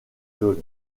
dole